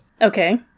Okay